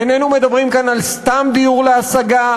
איננו מדברים כאן על סתם דיור להשכרה.